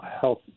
health